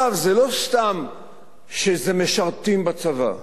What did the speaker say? זה לא סתם שזה משרתים בצבא.